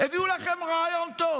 הביאו לכם רעיון טוב.